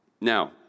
Now